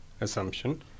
assumption